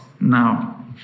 now